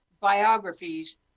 biographies